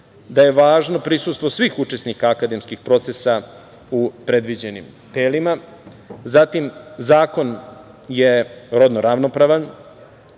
da je važno prisustvo svih učesnika akademskih procesa u predviđenim telima, zatim zakon je rodno ravnopravan,